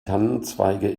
tannenzweige